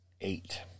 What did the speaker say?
eight